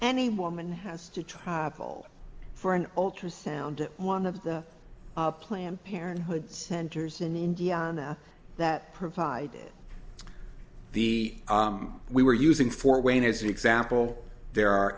any mormon has to travel for an ultrasound at one of the planned parenthood centers in indiana that provide the we were using for wayne as an example there are